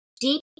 deep